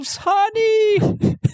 Honey